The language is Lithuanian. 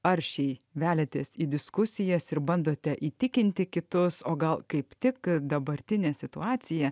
aršiai veliatės į diskusijas ir bandote įtikinti kitus o gal kaip tik dabartinė situacija